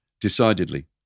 decidedly